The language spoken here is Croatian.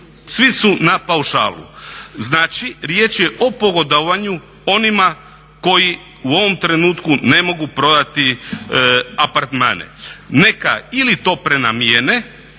svi su na paušalu. Znači, riječ je o pogodovanju onima koji u ovom trenutku ne mogu prodati apartmane. Neka to ili prenamijene